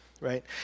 Right